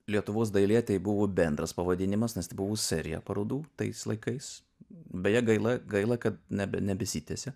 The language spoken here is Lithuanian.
lietuvos dailė tai buvo bendras pavadinimas nes tai buvo seriją parodų tais laikais beje gaila gaila kad nebe nebesitiesia